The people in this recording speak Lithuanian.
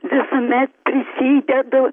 visuomet prisidedu